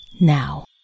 now